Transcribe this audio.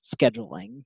scheduling